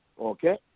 okay